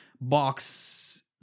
box